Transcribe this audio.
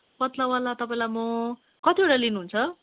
पत्लावाला तपाईँलाई म कतिवटा लिनुहुन्छ